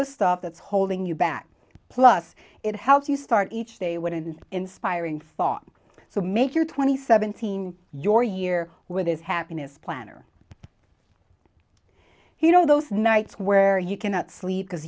the stuff that's holding you back plus it helps you start each day with an inspiring farm so make your twenty seventeen your year with his happiness planner he know those nights where you cannot sleep because